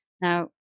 now